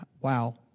wow